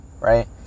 right